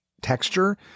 texture